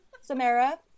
Samara